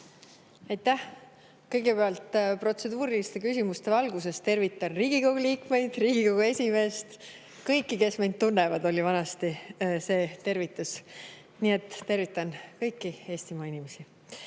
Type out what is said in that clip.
Aitäh! Kõigepealt protseduuriliste küsimuste valguses tervitan Riigikogu liikmeid, Riigikogu esimeest, kõiki, kes mind tunnevad – vanasti oli selline tervitus. Nii et tervitan kõiki Eestimaa inimesi. Aga